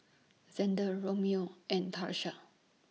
Zander Romeo and Tarsha